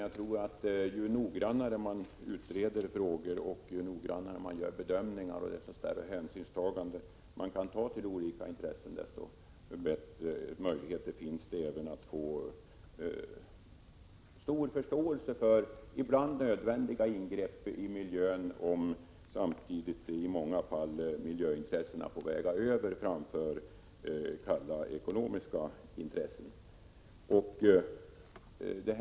Jag tror dock att ju noggrannare man utreder frågor, ju noggrannare man gör bedömningar och justörre hänsyn man kan ta till olika intressen, desto bättre möjligheter finns det att få stor förståelse för ibland nödvändiga ingrepp i miljön. Miljöintressena kan då i många fall få gå före kalla ekonomiska intressen.